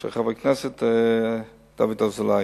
של חבר הכנסת דוד אזולאי.